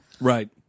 Right